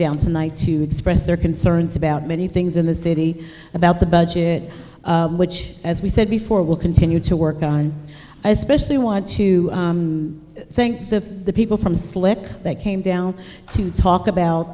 down tonight to express their concerns about many things in the city about the budget which as we said before will continue to work on i especially want to thank the people from slick that came down to talk about